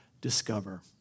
discover